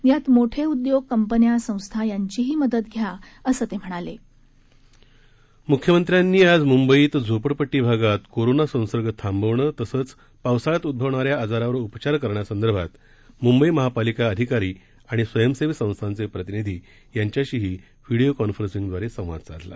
यात मोठे उद्योग कंपन्या संस्था यांचीही मदत घ्या असं ते म्हणाले मुख्यमंत्र्यांनी आज मुंबईत झोपडपट्टी भागात कोरोना संसर्ग थांबवण तसंच पावसाळ्यात उद्रवणाऱ्या आजारावर उपचार करण्यासंदर्भात मुंबई महापालिका अधिकारी आणि स्वयसेवी संस्थांचे प्रतिनिधी यांच्याशीही व्हिडिओ कॉन्फरंसिगद्वारे संवाद साधला